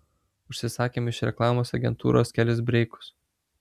užsisakėm iš reklamos agentūros kelis breikus